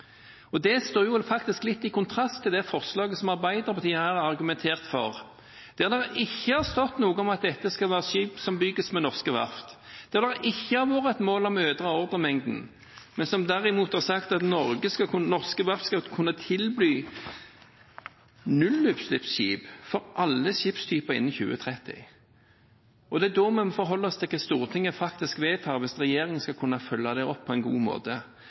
Det står faktisk litt i kontrast til det forslaget som Arbeiderpartiet her har argumentert for, der det ikke har stått noe om at dette skal være skip som bygges ved norske verft, der det ikke har vært et mål om å øke ordremengden, men som derimot har sagt at norske verft skal kunne tilby nullutslippsskip for alle skipstyper innen 2030. Vi må forholde oss til hva Stortinget faktisk har vedtatt hvis regjeringen skal kunne følge det opp på en god måte.